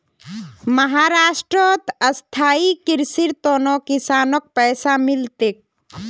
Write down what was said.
महाराष्ट्रत स्थायी कृषिर त न किसानक पैसा मिल तेक